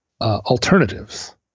alternatives